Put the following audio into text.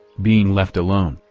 being left alone,